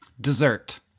Dessert